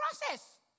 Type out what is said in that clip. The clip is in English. process